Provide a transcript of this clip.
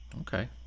Okay